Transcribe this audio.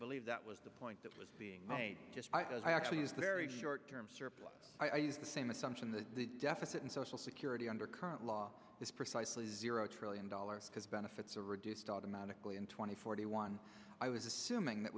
believe that was the point that was being just as i actually is very short term surplus i use the same assumption that the deficit in social security under current law is precisely zero trillion dollars because benefits are reduced automatically in twenty forty one i was assuming that